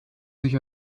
sich